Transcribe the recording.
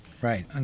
Right